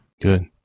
Good